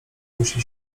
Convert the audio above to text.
musi